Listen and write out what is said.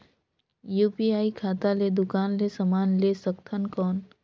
UPI खाता ले दुकान ले समान ले सकथन कौन?